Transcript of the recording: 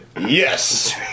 Yes